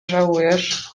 żałujesz